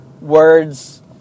words